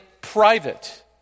private